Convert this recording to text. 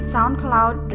SoundCloud